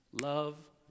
Love